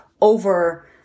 over